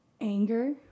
anger